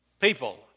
People